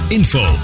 info